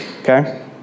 okay